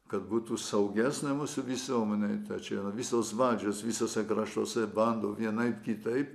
kad būtų saugesnė mūsų visuomenė tai čia visos vadžios visuose kraštuose bando vienaip kitaip